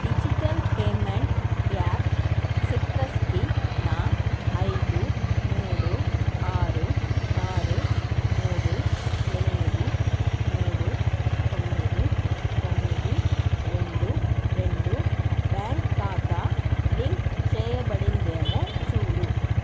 digital payment app సిట్రస్కి నా ఐదు మూడు ఆరు ఆరు మూడు ఎనిమిది మూడు తొమ్మిది తొమ్మిది రెండు రెండు బ్యాంక్ ఖాతా లింక్ చేయబడిందేమో చూడు